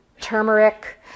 turmeric